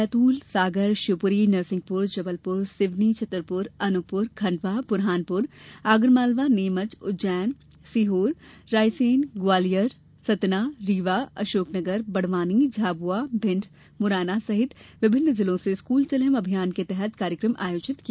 बैतूल सागर शिवपुरी नरसिंहपुर जबलपुर सिवनी छतरपुर अनूपपुर खंडवा बुरहानपुर आगरमालवा नीमच उज्जैन सीहोर रायसेन ग्वालियर सतना रीवा अशोकनगर बड़वानी झाबुआ भिंड मुरैना सहित विभिन्न जिलों से स्कूल चले अभियान के तहत कार्यक्रम आयोजित किया